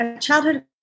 childhood